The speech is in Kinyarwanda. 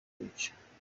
kwica